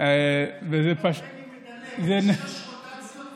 זה נורבגי מדלג, יש רוטציות כל שעה.